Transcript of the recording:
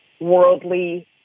worldly